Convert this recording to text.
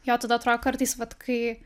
jo tada atro kartais vat kai